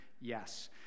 yes